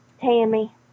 Tammy